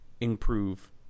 improve